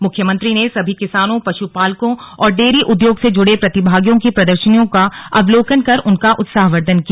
मुख्यमंत्री ने सभी किसानों पशुपालकों और डेयरी उद्योग से जुड़े प्रतिभागियों की प्रदर्शनियों का अवलोकन कर उनका उत्साहवर्द्वन किया